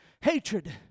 Hatred